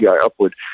upward